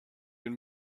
den